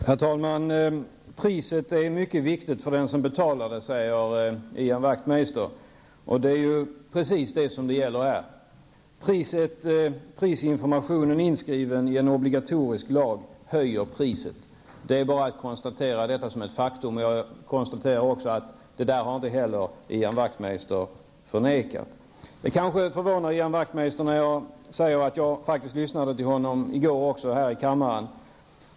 Herr talman! Priset är mycket viktigt för den som betalar det, säger Ian Wachtmeister. Det är precis det som det här gäller. Obligatorisk prisinformation inskriven i lagen höjer priset. Det är ett faktum som det bara är att konstatera. Jag konstaterar också att Ian Wachtmeister inte heller har förnekat det. Jag lyssnade faktiskt till Ian Wachtmeister i går här i kammaren -- det kanske förvånar honom.